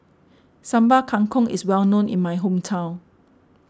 Sambal Kangkong is well known in my hometown